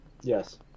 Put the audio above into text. Yes